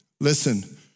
listen